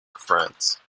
france